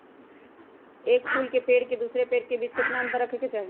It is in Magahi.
एक फुल के पेड़ के दूसरे पेड़ के बीज केतना अंतर रखके चाहि?